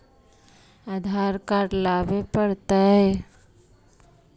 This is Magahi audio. आधार कार्ड लाबे पड़तै?